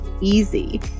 easy